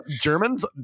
Germans